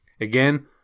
Again